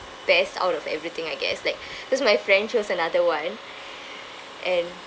best out of everything I guess like cause my friend chose another one and